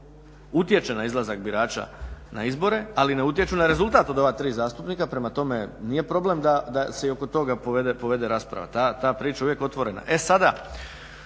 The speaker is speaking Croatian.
utječe na izlazak birača na izbore, ali ne utječu na rezultat od ova tri zastupnika, prema tome nije problem da se i oko toga povede rasprava, ta priča je uvijek otvorena.